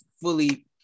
fully